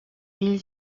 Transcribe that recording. ell